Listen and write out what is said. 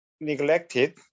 neglected